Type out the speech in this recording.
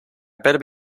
better